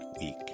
week